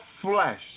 flesh